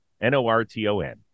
N-O-R-T-O-N